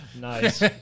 Nice